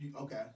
Okay